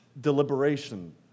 deliberation